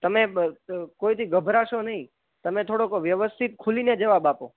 તમે કોઈ દિ ગભરાશો નઈ તમે થોડોક વ્યવસ્થિત ખુલીને જવાબ આપો